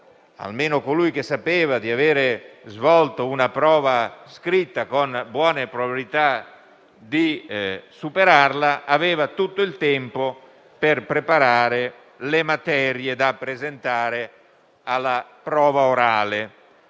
(almeno colui che sapeva di averne svolta una con buone probabilità di superarla) aveva tutto il tempo per preparare le materie da presentare a quella orale.